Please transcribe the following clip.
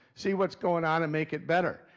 see what's going on and make it better.